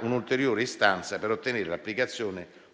un'ulteriore istanza per ottenere l'applicazione